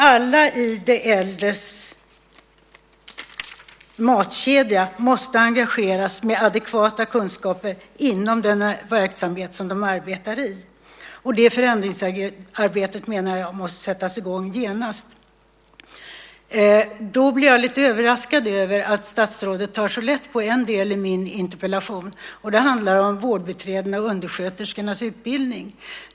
Alla i de äldres matkedja måste engageras med adekvata kunskaper inom den verksamhet som de arbetar i. Jag menar att det förändringsarbetet måste sättas i gång genast. Jag blir lite överraskad av att statsrådet tar så lätt på en del i min interpellation. Det handlar om vårdbiträdenas och undersköterskornas utbildning.